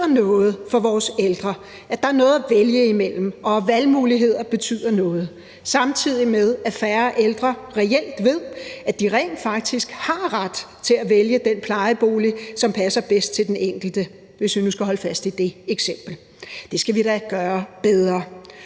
noget for vores ældre, at der er noget vælge imellem – og at valgmuligheder betyder noget – samtidig med at færre ældre reelt ved, at de rent faktisk har ret til at vælge den plejebolig, som passer bedst til den enkelte, hvis vi nu skal holde fast i det eksempel. Det skal vi da gøre bedre.